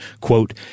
quote